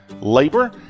labor